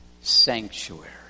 sanctuary